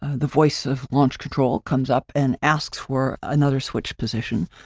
the voice of launch control comes up, and asks for another switch position.